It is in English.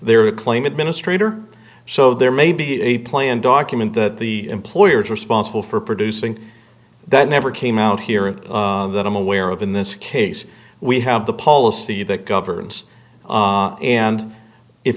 there is a claim administrator so there may be a plan document that the employer is responsible for producing that never came out here and that i'm aware of in this case we have the policy that governs and if